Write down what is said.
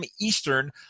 Eastern